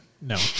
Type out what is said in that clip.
No